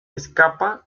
escapa